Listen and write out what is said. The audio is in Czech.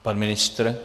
Pan ministr?